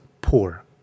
poor